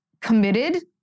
committed